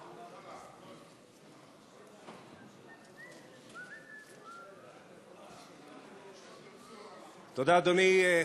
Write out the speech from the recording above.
תודה, אדוני,